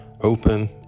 open